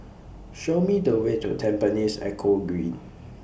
Show Me The Way to Tampines Eco Green